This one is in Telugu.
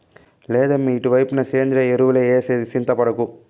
లేదమ్మీ ఇటుపైన సేంద్రియ ఎరువులే ఏసేది చింతపడకు